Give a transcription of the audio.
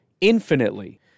infinitely